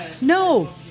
no